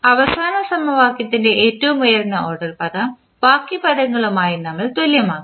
അവസാന സമവാക്യത്തിൻറെ ഏറ്റവും ഉയർന്ന ഓർഡർ പദം ബാക്കി പദങ്ങളുമായി നമ്മൾ തുല്യമാക്കും